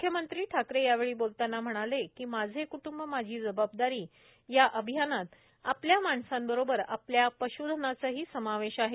मुख्यमंत्री ठाकरे म्हणाले माझे कृटुंब माझी जबाबदारी या अभियानात आपल्या माणसांबरोबर आपल्या पशुधनाचाही समावेश आहे